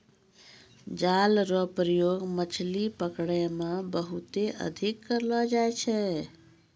जाल रो प्रयोग मछली पकड़ै मे बहुते अधिक करलो जाय छै